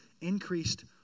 increased